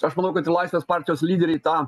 aš manau kad i laisvės partijos lyderiai tą